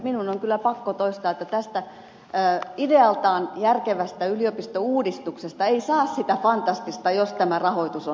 minun on kyllä pakko toistaa että tästä idealtaan järkevästä yliopistouudistuksesta ei saa sitä fantastista jos tämä rahoitus on fantasiaa